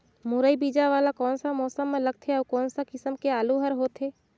मुरई बीजा वाला कोन सा मौसम म लगथे अउ कोन सा किसम के आलू हर होथे?